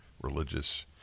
religious